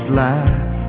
life